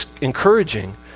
encouraging